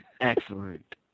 Excellent